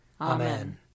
Amen